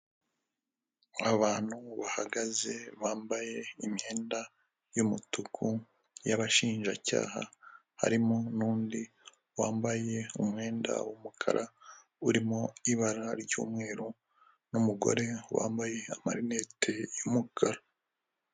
Abantu bahagaze, bambaye imyenda y'umutuku y'abashinjacyaha, harimo n'undi wambaye umwenda w'umukara urimo ibara ry'umweru, n'umugore wambaye amarinete y'umukara.